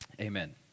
amen